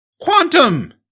Quantum